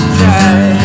try